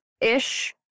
ish